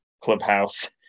clubhouse